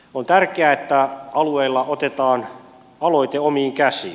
on tärkeää että alueilla otetaan aloite omiin käsiin